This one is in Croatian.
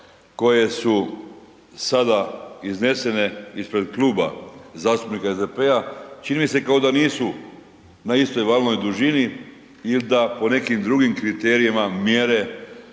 koje su sada iznesene ispred Kluba zastupnika SDP-a, čini mi se kao da nisu na istoj valnoj dužini il da po nekim drugim kriterijima mjere